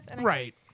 Right